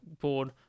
board